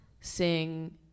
sing